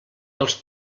dels